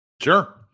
Sure